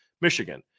Michigan